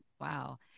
wow